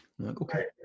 Okay